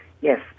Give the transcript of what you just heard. Yes